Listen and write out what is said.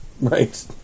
Right